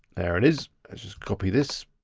there it is, and just copy this.